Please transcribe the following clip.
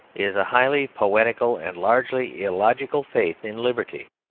is a highly poetical and largely illogical faith in liberty.